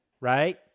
right